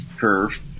curve